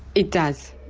it does,